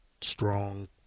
strong